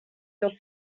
your